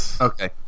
Okay